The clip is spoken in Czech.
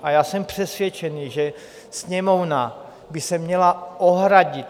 A já jsem přesvědčený, že Sněmovna by se měla ohradit.